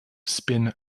spin